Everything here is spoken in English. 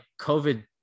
covid